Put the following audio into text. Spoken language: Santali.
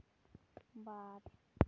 ᱵᱟᱨ